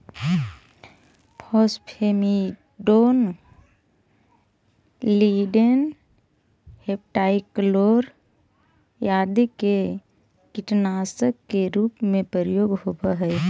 phosphamidon, lindane, heptachlor आदि के कीटनाशक के रूप में प्रयोग होवऽ हई